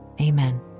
amen